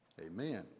amen